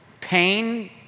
pain